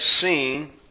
seen